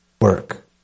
work